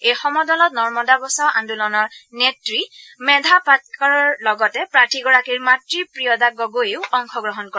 এই সমদলত নৰ্মদা বচাও আন্দোলনৰ নেত্ৰী মেধা পাটেকাৰৰ লগতে প্ৰাৰ্থীগৰাকীৰ মাতৃ প্ৰিয়দা গগৈয়েও অংশগ্ৰহণ কৰে